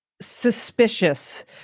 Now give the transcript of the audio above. suspicious